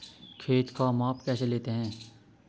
खेत का माप कैसे लेते हैं?